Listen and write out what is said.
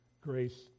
grace